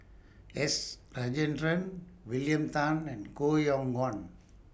S Rajendran William Tan and Koh Yong Guan